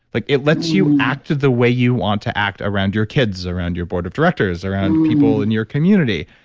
like it lets you act the way you want to act around your kids, around your board of directors, around people in your community.